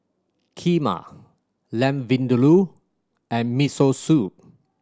Kheema Lamb Vindaloo and Miso Soup